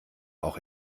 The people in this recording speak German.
auch